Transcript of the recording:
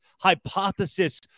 Hypothesis